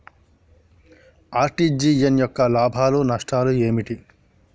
RTGS యొక్క లాభాలు నష్టాలు ఏమిటి?